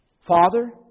Father